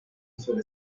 suele